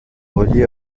relié